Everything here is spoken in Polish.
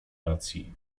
racji